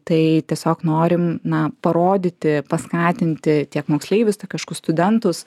tai tiesiog norim na parodyti paskatinti tiek moksleivius tiek aišku studentus